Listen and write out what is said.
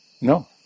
No